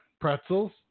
pretzels